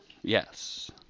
Yes